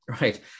right